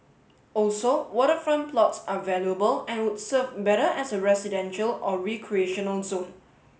also waterfront plots are valuable and would serve better as a residential or recreational zone